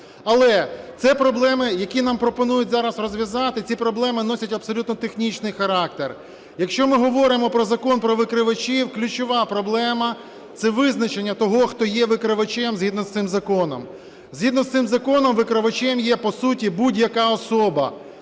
Але це проблеми, які нам пропонують зараз розв'язати, ці проблеми носять абсолютно технічний характер. Якщо ми говоримо про Закон про викривачів, ключова проблема – це визначення того, хто є викривачем згідно з цим законом. Згідно з цим законом викривачем є, по суті, будь-яка особа